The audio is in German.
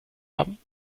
haben